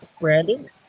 Brandon